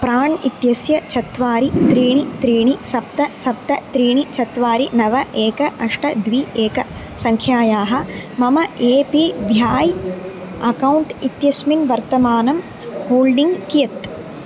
प्राण् इत्यस्य चत्वारि त्रीणि त्रीणि सप्त सप्त त्रीणि चत्वारि नव एकम् अष्ट द्वि एकं सङ्ख्यायाः मम ए पी भाय् अकौण्ट् इत्यस्मिन् वर्तमानं होल्डिङ्ग् कियत्